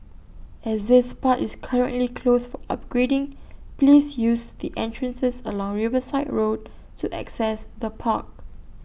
as this part is currently closed for upgrading please use the entrances along Riverside road to access the park